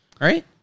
Right